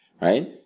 Right